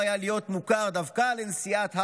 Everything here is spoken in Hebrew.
שהיה אמור להיות מוכר דווקא לנשיאת הרווארד,